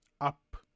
Up